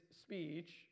speech